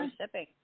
Shipping